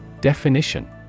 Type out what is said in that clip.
Definition